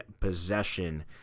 possession